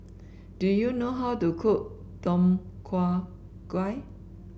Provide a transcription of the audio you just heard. do you know how to cook Tom Kha Gai